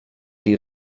die